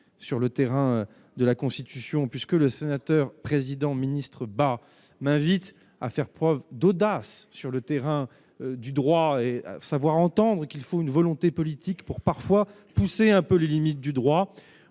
sur le terrain de la Constitution, puisque le sénateur président ministre bah m'invite à faire preuve d'audace sur le terrain du droit et savoir entendre qu'il faut une volonté politique pour parfois pousser un peu les limites du droit,